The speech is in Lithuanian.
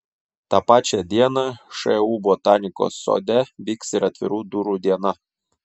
tą pačią dieną šu botanikos sode vyks ir atvirų durų diena